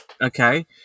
Okay